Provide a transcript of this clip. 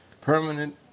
Permanent